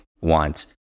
wants